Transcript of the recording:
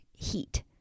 heat